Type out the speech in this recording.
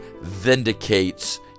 vindicates